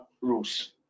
rules